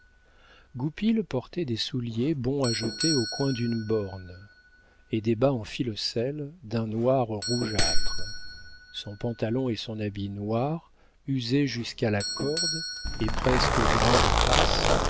propres goupil portait des souliers bons à jeter au coin d'une borne et des bas en filoselle d'un noir rougeâtre son pantalon et son habit noir usés jusqu'à la corde et presque gras de crasse